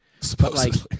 Supposedly